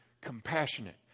compassionate